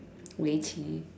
围棋